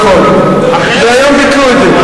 נכון, והיום ביטלו את זה.